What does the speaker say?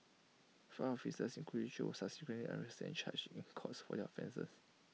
five officers including chew subsequently arrested and charged in court for their offences